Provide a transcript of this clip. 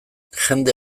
jende